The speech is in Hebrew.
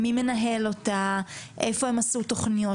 מי מנהל אותה, איפה הם עשו תוכניות.